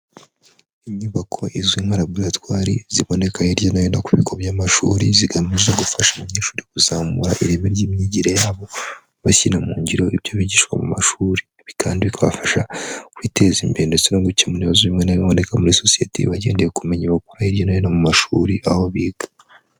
Inyubako izwi nka laboratwaire ziboneka hirya no hino ku bigo by'amashuri zigamije gufasha abanyeshuri kuzamura ireme ry'imyigire yabo bashyira mu ngiro ibyo bigishwa mu mashuri. Ibi kandi bikabafasha kwiteza imbere ndetse no gukemura ibibazo bimwe biboneka muri sosiyete bagendeye ku bumenyayi bakura hirya no hino mu mashuri aho biga.